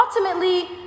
ultimately